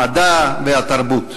המדע והתרבות.